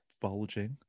bulging